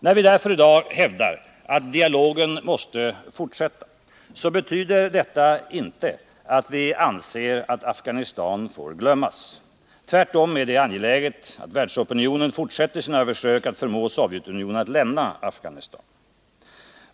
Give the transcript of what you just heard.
När vi i dag hävdar att dialogen måste fortsätta betyder detta inte att vi anser att Afghanistan får glömmas. Tvärtom är det angeläget att världsopinionen fortsätter sina försök att förmå Sovjetunionen att lämna Afghanistan.